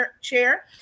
chair